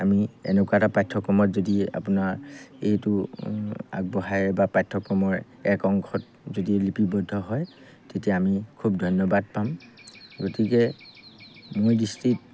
আমি এনেকুৱা এটা পাঠ্যক্ৰমত যদি আপোনাৰ এইটো আগবঢ়ায় বা পাঠ্যক্ৰমৰ এক অংশত যদি লিপিবদ্ধ হয় তেতিয়া আমি খুব ধন্যবাদ পাম গতিকে মোৰ দৃষ্টিত